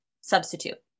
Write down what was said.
substitute